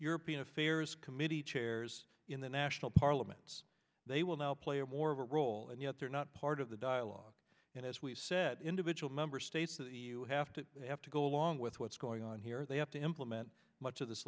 european affairs committee chairs in the national parliaments they will now play a more of a role and yet they're not part of the dialogue and as we said individual member states of the you have to have to go along with what's going on here they have to implement much of this